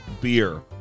beer